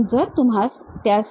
पण जर तुम्ही त्यास